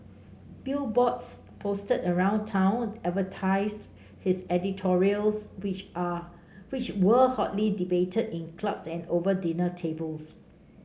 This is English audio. billboards posted around town advertised his editorials which are which were hotly debated in clubs and over dinner tables